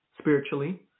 spiritually